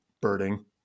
birding